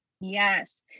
Yes